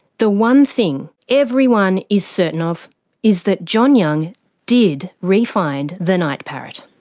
the one thing everyone is certain of is that john young did re-find the night parrot.